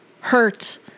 hurt